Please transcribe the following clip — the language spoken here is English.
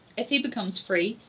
if he becomes free,